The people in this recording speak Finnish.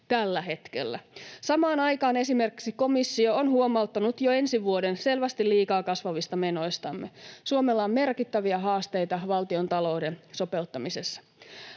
tällä hetkellä. Samaan aikaan esimerkiksi komissio on huomauttanut jo ensi vuoden selvästi liikaa kasvavista menoistamme. Suomella on merkittäviä haasteita valtiontalouden sopeuttamisessa.